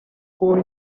kubaho